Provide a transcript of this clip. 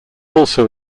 also